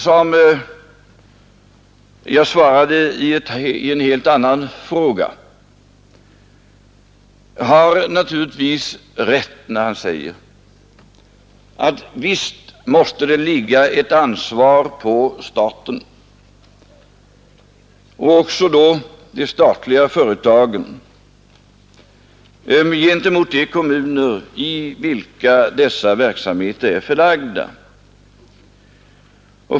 Herr Häll som jag svarade i en helt annan fråga har naturligtvis rätt när han säger att visst måste det ligga ett ansvar på staten och då också på de statliga företagen gentemot de kommuner i vilka dessa verksamheter är förlagda.